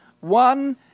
one